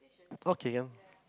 okay you